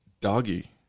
doggy